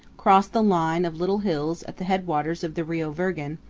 cross the line of little hills at the headwaters of the rio virgen,